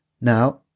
Now